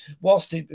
whilst